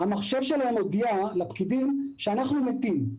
המחשב שלהם הודיע לפקידים שאנחנו מתים.